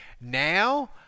Now